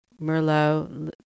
Merlot